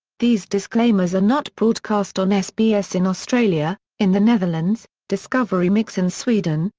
these disclaimers are not broadcast on sbs in australia, in the netherlands, discovery mix in sweden,